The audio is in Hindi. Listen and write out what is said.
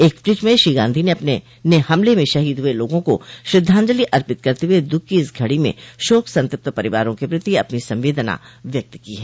एक ट्वीट में श्री गांधी ने हमले में शहीद हुए लोगों को श्रृद्धांजलि अर्पित करते हुए दुख की इस घड़ी में शोकसतप्त परिवारों के प्रति अपनी संवेदना व्यक्त की है